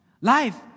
Life